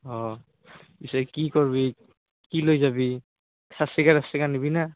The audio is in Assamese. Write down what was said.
অঁ পিছে কি কৰবি কি লৈ যাবি স্বাস্বিকাৰ আস্বিকাৰ নিবি নে